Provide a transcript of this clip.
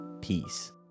Peace